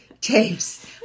tapes